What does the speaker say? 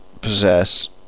possess